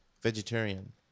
vegetarian